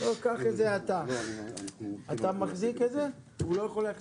אני חייב לצלם, זה עוד לא קרה